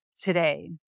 today